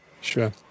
Sure